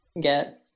get